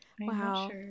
wow